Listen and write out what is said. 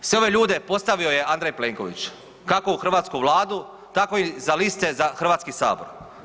Sve ove ljude postavio je Andrej Plenković kako u hrvatsku Vladu, tako i za liste za Hrvatski sabor.